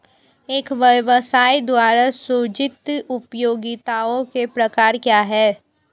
एक व्यवसाय द्वारा सृजित उपयोगिताओं के प्रकार क्या हैं?